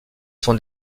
son